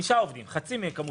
חמישה עובדים, חצי מכמות העובדים.